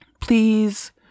Please